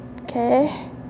okay